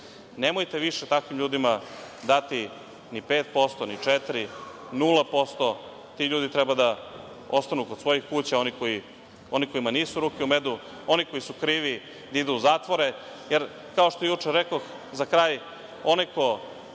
nemojte više takvim ljudima dati ni 5%, ni 4%, 0%. Ti ljudi treba ostanu kod svojih kuća, oni kojima nisu ruke u medu, oni koji su krivi da idu u zatvore. Kao što juče rekoh za kraj, onaj ko